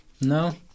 No